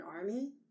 army